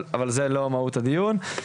אבל זה לא מהות הדיון.